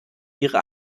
ihre